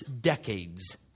decades